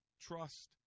trust